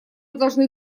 должны